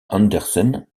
andersen